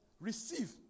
receive